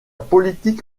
politique